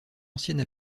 ancienne